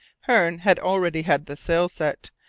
hearne had already had the sail set,